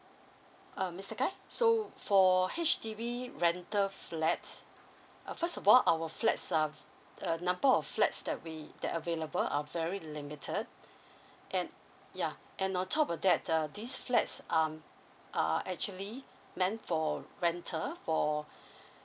uh mister khai so for H_D_B rental flats uh first of all our flats um uh number of flats that we that available are very limited and ya and on top of that uh these flats um are actually meant for rental for